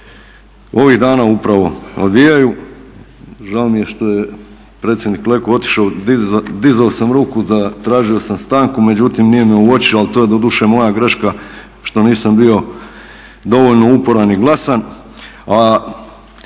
ovih dana upravo odvijaju, žao mi je što je predsjednik Leko otišao, dizao sam ruku, tražio sam stanku, međutim nije me uočio, ali to je doduše moja greška što nisam bio dovoljno uporan i glasan,